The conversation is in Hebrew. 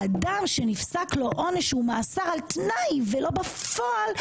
אדם שנפסק לו עונש ומאסר על תנאי ולא בפועל,